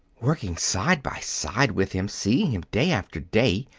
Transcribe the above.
working side by side with him, seeing him day after day,